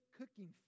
cooking